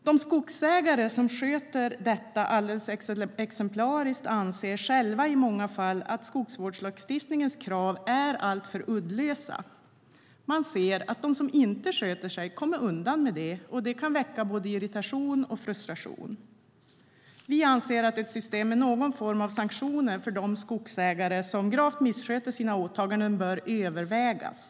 De skogsägare som sköter detta alldeles exemplariskt anser själva i många fall att skogsvårdslagstiftningens krav är alltför uddlösa. Man ser att de som inte sköter sig kommer undan med det, och det kan väcka både irritation och frustration. Vi anser att ett system med någon form av sanktioner för de skogsägare som gravt missköter sina åtaganden bör övervägas.